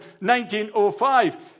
1905